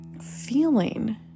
feeling